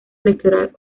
electoral